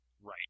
Right